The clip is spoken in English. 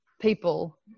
people